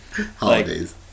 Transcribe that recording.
holidays